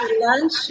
lunch